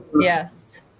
Yes